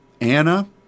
Anna